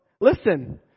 listen